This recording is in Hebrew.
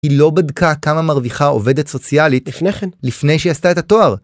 היא לא בדקה כמה מרוויחה עובדת סוציאלית לפני שהיא עשתה את התואר.